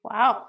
Wow